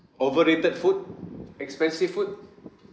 overrated food expensive food